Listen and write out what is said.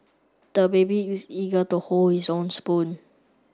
the baby is eager to hold his own spoon